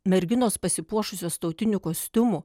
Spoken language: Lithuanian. merginos pasipuošusios tautiniu kostiumu